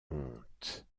honte